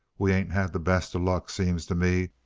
we ain't had the best ah luck, seems t' me,